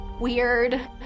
weird